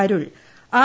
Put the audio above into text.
Arul R